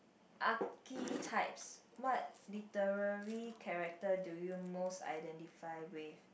archetypes what literary character do you most identify with